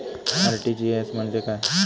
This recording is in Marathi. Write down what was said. आर.टी.जी.एस म्हणजे काय?